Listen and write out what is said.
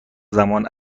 زمان